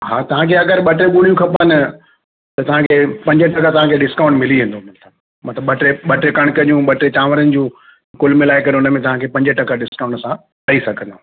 हा तव्हांखे अगरि ॿ टे बुड़ियूं खपनि त तव्हांखे पंज टका तव्हांखे डिस्काउंट मिली वेंदो मतलबु ॿ टे ॿ टे कणिक जूं ॿ टे चांवरनि जूं कुल मिलाए करे हुन में तव्हांखे पंज टका डिस्काउंट असां ॾेई सघंदा